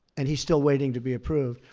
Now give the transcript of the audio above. and he's still waiting to be approved.